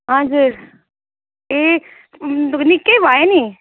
हजुर ए निक्कै भयो नि